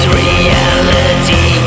reality